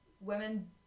women